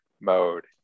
mode